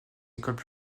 écoles